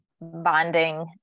bonding